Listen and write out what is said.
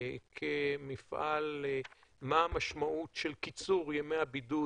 מה המשמעות של קיצור ימי הבידוד